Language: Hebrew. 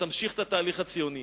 שתמשיך את התהליך הציוני.